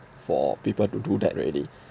for people to do that already